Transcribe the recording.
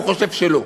הוא חושב שלא.